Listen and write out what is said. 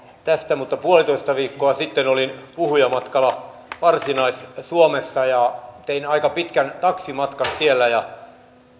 tästä mutta puolitoista viikkoa sitten olin puhujamatkalla varsinais suomessa ja tein aika pitkän taksimatkan siellä ja